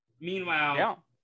Meanwhile